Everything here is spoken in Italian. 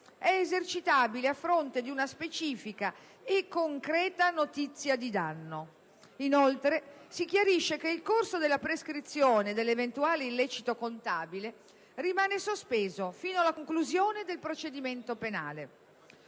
è esercitabile a fronte di una specifica e concreta notizia di danno. Inoltre, si chiarisce che il corso della prescrizione dell'eventuale illecito contabile rimane sospeso fino alla conclusione del procedimento penale.